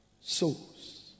souls